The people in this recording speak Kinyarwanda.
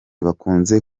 bakunze